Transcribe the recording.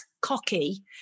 cocky